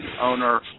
owner